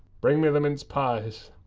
bring me the mince pies.